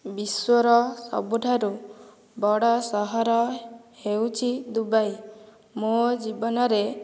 ବିଶ୍ୱର ସବୁଠାରୁ ବଡ଼ ସହର ହେଉଛି ଦୁବାଇ ମୋ ଜୀବନରେ